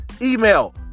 Email